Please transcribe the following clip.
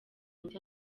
njya